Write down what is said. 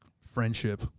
friendship